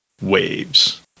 waves